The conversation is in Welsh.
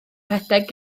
rhedeg